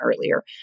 earlier